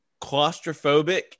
claustrophobic